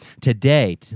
today